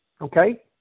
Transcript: okay